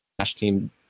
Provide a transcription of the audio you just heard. team